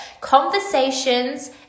conversations